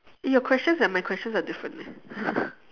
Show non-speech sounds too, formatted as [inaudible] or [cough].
eh your questions and my questions are different eh [laughs]